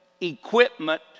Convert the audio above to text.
equipment